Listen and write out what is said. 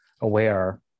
aware